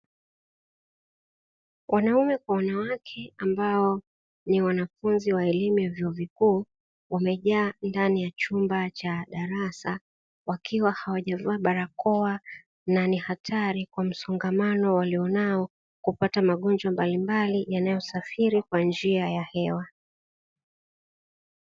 Wanaume kwa wanawake ambao ni wanafunzi wa elimu ya vyuo vikuu wamejaa ndani ya chumba cha dasara, wakiwa hawajaa barakoa na ni haratari kwa msongamano walionao kupata magonjwa mbalimbali yanayosafiri kwa njia ya hewa.